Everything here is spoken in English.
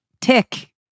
tick